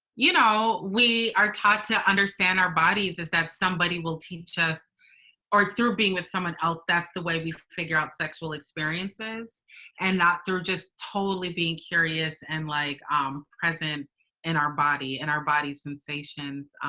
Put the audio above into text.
you know, we are taught to understand our bodies is that somebody will teach us or through being with someone else, that's the way we figure out sexual experiences and not through just totally being curious and like present in our body and our body's sensations.